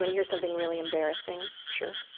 hear something really embarrassing? sure.